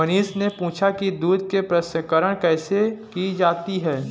मनीष ने पूछा कि दूध के प्रसंस्करण कैसे की जाती है?